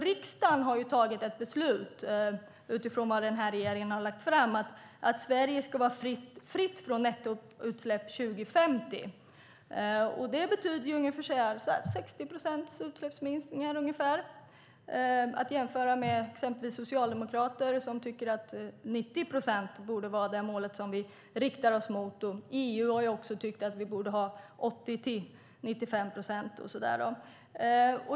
Riksdagen har, utifrån vad regeringen lagt fram, fattat beslut om att Sverige ska vara fritt från nettoutsläpp 2050. Det betyder ungefär 60 procents utsläppningsminskningar. Det kan jämföras med Socialdemokraterna, som tycker att 90 procent borde vara det mål vi riktar oss mot. EU tycker att vi borde ha 80-95 procents minskningar.